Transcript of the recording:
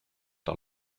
par